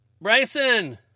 bryson